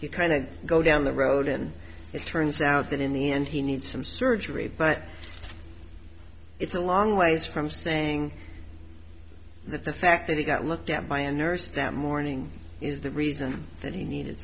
you kind of go down the road and it turns out that in the end he needs some surgery but it's a long ways from saying that the fact that he got looked at by a nurse that morning is the reason that he needed